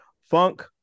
Funk